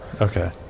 okay